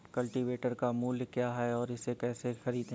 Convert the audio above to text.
Cultivator का मूल्य क्या है और इसे कैसे खरीदें?